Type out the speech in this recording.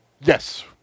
Yes